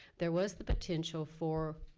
there was the potential for